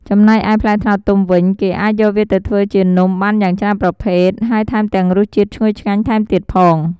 ចំណែកឯផ្លែត្នោតទុំវិញគេអាច យកវាទៅធ្វើជានំបានយ៉ាងច្រើនប្រភេទ ហើយថែមទាំងរសជាតិឈ្ងុយឆ្ងាញ់ថែមទៀតផង។